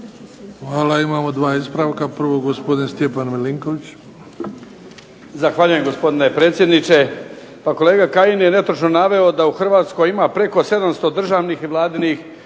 Hvala. Imamo dva ispravka. Prvo gospodin Stjepan Milinković.